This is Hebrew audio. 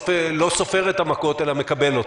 לא סופר את המכות אלא מקבל אותן.